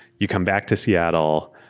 you come back to seattle.